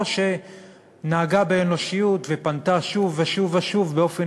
או שנהגה באנושיות ופנתה שוב ושוב ושוב באופן